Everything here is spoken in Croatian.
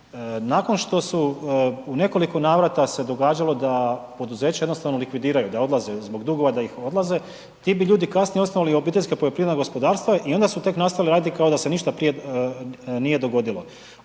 nakon što su u nekoliko navrata se događalo da poduzeća jednostavno likvidiraju da odlaze, zbog dugova da odlaze, ti bi ljudi kasnije osnovali OPG i onda su tek nastale ajde kao da se ništa prije nije dogodilo.